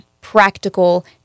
practical